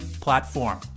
platform